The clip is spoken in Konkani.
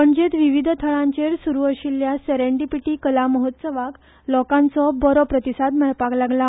पणजेत विविध थळांचेर सुरू आशिल्ल्या सेरेंडिपीटी कला महोत्सवाक लोकांचो बरो प्रतिसाद मेळपाक लागला